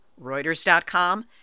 Reuters.com